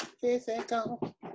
physical